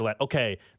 Okay